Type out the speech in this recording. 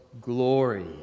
glory